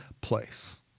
place